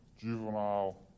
juvenile